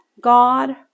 god